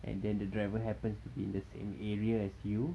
and then the driver happens to be in the same area as you